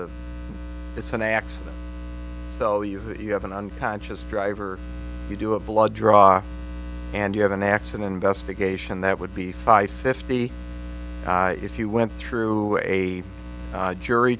and it's an x value you have an unconscious driver you do a blood draw and you have an accident investigation that would be five fifty if you went through a jury